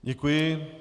Děkuji.